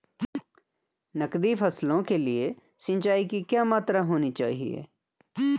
नकदी फसलों के लिए सिंचाई की क्या मात्रा होनी चाहिए?